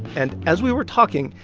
and as we were talking,